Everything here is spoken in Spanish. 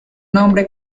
nombre